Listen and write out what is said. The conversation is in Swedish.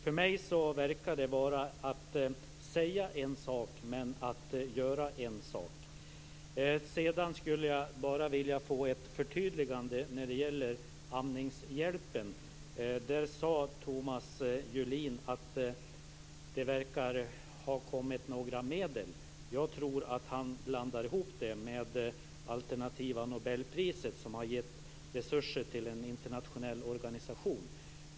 För mig verkar det vara så att man säger en sak och gör en annan. Sedan skulle jag vilja få ett förtydligande när det gäller Amningshjälpen. Thomas Julin sade att det verkar ha kommit några medel. Jag tror att han här blandar ihop det med det alternativa nobelpriset och de resurser som getts till en internationell organisation.